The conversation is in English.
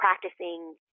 practicing